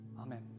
Amen